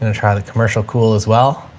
and try the commercial cool as well.